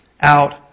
out